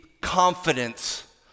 confidence